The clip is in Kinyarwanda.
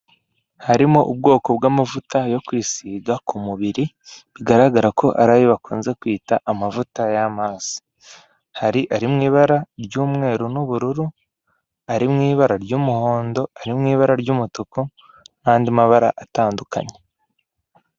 Harimo ubwoko bw'amavuta yo kwisiga ku mubiri bigaragara ko ariyo bakunze kwita amavuta y'amazi, hari ari mu ibara ry'umweru n'ubururu, ari mu ibara ry'umuhondo, ari mu ibara ry'umutuku n'andi mabara atandukanye.